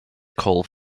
cole